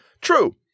True